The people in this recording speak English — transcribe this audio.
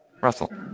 Russell